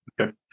Okay